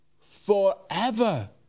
forever